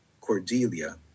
Cordelia